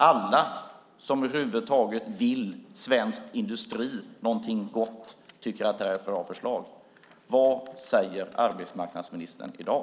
Alla som över huvud taget vill svensk industri någonting gott tycker att det här är ett bra förslag. Vad säger arbetsmarknadsministern i dag?